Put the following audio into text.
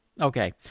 okay